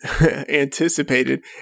anticipated